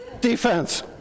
defense